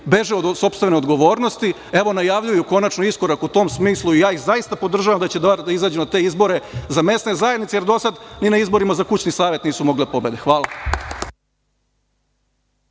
beže od sopstvene odgovornosti. Evo, najavljuju konačno iskorak u tom smislu i ja ih zaista podržavam da će bar da izađu na te izbore za mesne zajednice, jer dosad ni na izborima za kućni savet nisu mogli da pobede. Hvala.